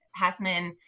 Hassman